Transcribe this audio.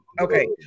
Okay